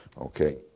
Okay